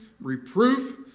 reproof